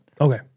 Okay